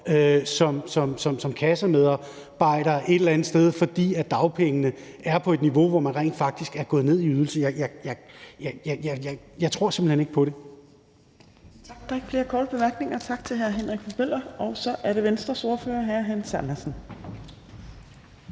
som kassemedarbejder et eller andet sted, fordi dagpengene er på et niveau, hvor man rent faktisk er gået ned i ydelse. Jeg tror simpelt hen ikke på det.